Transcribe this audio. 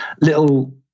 little